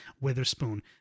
Witherspoon